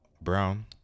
Brown